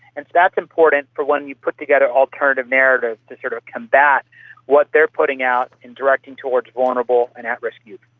that's important. for one, you put together alternative narratives to sort of combat what they are putting out and directing towards vulnerable and at-risk youth.